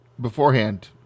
beforehand